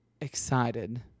excited